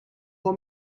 for